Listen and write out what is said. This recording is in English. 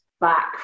back